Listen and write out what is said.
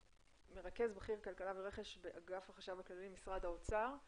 מרכז בכיר כלכלה ורכש באגף חשב כללי משרד האוצר.